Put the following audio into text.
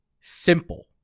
simple